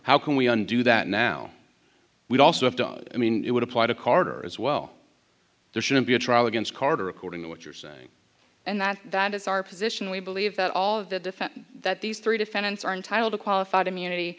how can we undo that now we also have to i mean it would apply to carter as well there shouldn't be a trial against carter according to what you're saying and that that is our position we believe that all of the defense that these three defendants are entitled to qualified immunity